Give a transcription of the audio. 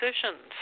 decisions